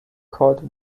called